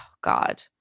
God